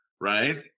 right